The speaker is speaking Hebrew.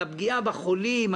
על הפגיעה בחולים,